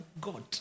God